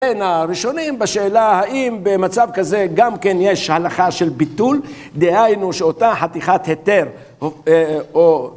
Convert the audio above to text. בין הראשונים בשאלה האם במצב כזה גם כן יש הלכה של ביטול, דהיינו שאותה חתיכת היתר או...